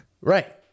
Right